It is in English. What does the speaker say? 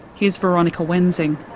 here's veronica wensing.